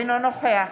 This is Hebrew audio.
אינו נוכח